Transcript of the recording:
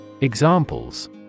Examples